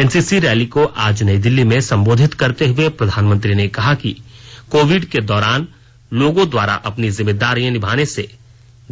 NCC rally को आज नई दिल्ली में सम्बोधित करते हुए प्रधानमंत्री ने कहा कि कोविड के दौरान लोगों द्वारा अपनी जिम्मेदारियां निभाने से